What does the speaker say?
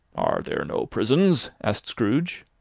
are there no prisons? asked scrooge.